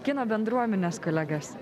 kino bendruomenės kolegas